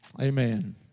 Amen